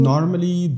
Normally